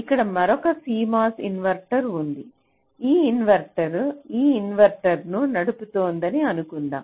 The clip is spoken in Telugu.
ఇక్కడ మరొక CMOS ఇన్వర్టర్ ఉంది ఈ ఇన్వర్టర్ ఈ ఇన్వర్టర్ ను నడుపుతోందని అనుకుందాం